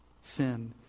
sin